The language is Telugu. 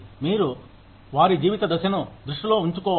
మీరు వారి జీవిత దశను దృష్టిలో ఉంచుకోవాలి